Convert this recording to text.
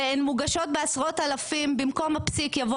והן מוגשות בעשרות אלפים כאשר אומרים שבמקום הפסיק יבוא